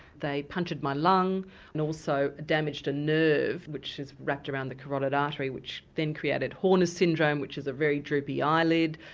they punctured my lung and also damaged a nerve which is wrapped around the carotid artery which then created horner's syndrome which is a very droopy eyelid.